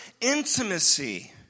intimacy